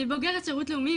אני בוגרת שירות לאומי,